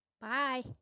Bye